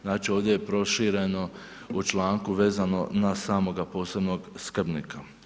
Znači ovdje je prošireno u članku vezano na samoga posebnoga skrbnika.